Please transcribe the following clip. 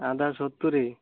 ଆଦା ସତୁରି